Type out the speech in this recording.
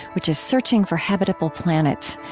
which is searching for habitable planets.